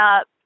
up